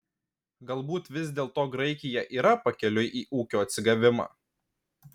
galbūt vis dėlto graikija yra pakeliui į ūkio atsigavimą